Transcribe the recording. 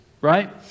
right